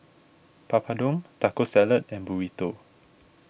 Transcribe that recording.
Papadum Taco Salad and Burrito